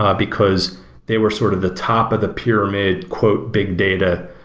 ah because they were sort of the top of the pyramid big data.